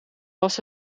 was